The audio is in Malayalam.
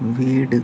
വീട്